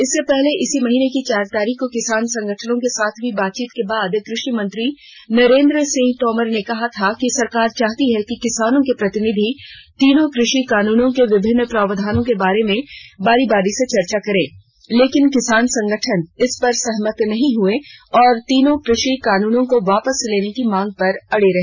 इससे पहले इस महीने की चार तारीख को किसान संगठनों के साथ हुई बातचीत के बाद कृषि मंत्री नरेन्द्र सिंह तोमर ने कहा था कि सरकार चाहती है कि किसानों के प्रतिनिधि तीनों कृषि कानूनों के विभिन्ना प्रावधानों पर बारी बारी से चर्चा करें लेकिन किसान संगठन इस पर सहमत नहीं हुए और तीनों कृषि कानूनों को वापस लेने की मांग पर अड़े रहे